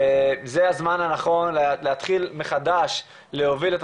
יש אזרחים ואזרחיות שממשיכים לסבול וכל